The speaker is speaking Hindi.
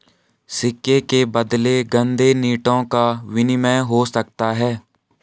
सिक्के के बदले गंदे नोटों का विनिमय हो सकता है